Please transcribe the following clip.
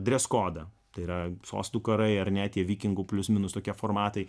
dres kodą tai yra sostų karai ar ne tie vikingų plius minus tokie formatai